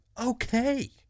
okay